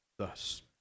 Thus